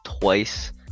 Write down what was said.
twice